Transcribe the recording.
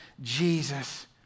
Jesus